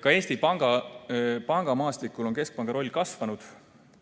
Ka Eesti pangamaastikul on keskpanga roll kasvanud.